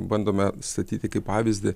bandome statyti kaip pavyzdį